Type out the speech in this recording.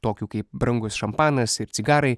tokių kaip brangus šampanas ir cigarai